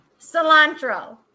Cilantro